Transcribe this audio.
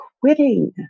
quitting